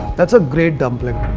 that's a great dumpling!